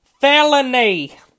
felony